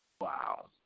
Wow